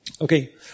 Okay